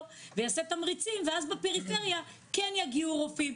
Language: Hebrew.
וייתן תמריצים ואז בפריפריה כן יגיעו רופאים,